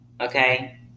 okay